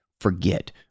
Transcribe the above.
forget